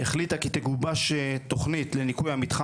החליטה כי תגובש תוכנית לניקוי המתחם